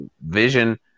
Vision